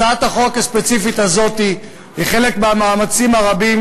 הצעת החוק הספציפית הזאת היא חלק מהמאמצים הרבים